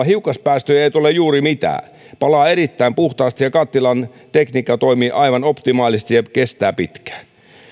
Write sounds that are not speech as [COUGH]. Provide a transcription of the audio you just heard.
[UNINTELLIGIBLE] hiukkaspäästöjä ei tule juuri mitään se palaa erittäin puhtaasti ja kattilan tekniikka toimii aivan optimaalisesti ja kestää pitkään